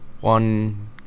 one